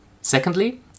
Secondly